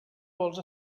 vols